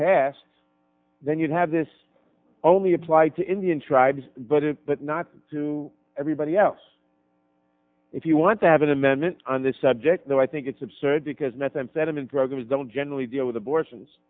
passed then you have this only applied to indian tribes but it but not to everybody else if you want to have an amendment on the subject though i think it's absurd because methamphetamine programs don't generally deal with abortions